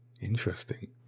interesting